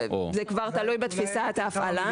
זה כבר תלוי בתפיסת ההפעלה.